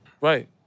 Right